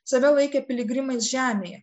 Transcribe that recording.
save laikė piligrimais žemėje